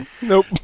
nope